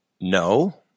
no